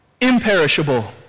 Imperishable